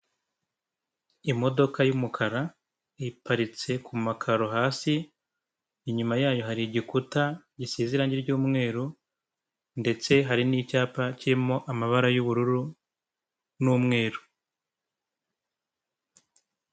Imodoka y'umukara iparitse ku makaro hasi inyuma yayo hari igikuta gisizerange ry'umweru ndetse hari n'icyapa kirimo amabara y'ubururu n'umweru.